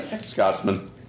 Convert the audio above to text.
Scotsman